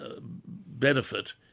benefit